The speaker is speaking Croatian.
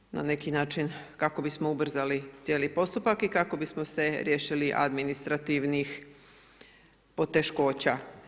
Dakle, na neki način kako bismo ubrzali cijeli postupak i kako bismo se riješili administrativnih poteškoća.